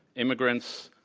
immigrants,